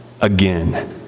again